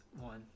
one